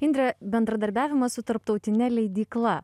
indre bendradarbiavimas su tarptautine leidykla